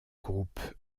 groupes